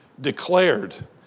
declared